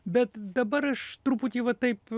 bet dabar aš truputį va taip